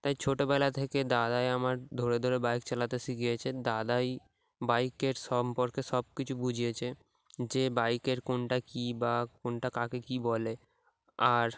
তাই ছোটোবেলা থেকে দাদাই আমার ধরে ধরে বাইক চালাতে শিখিয়েছে দাদাই বাইকের সম্পর্কে সব কিছু বুঝিয়েছে যে বাইকের কোনটা কী বা কোনটা কাকে কী বলে আর